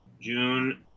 June